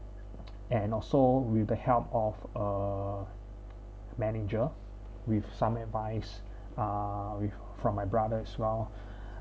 and also with the help of uh manager with some advice uh with from my brother as well